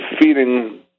feeding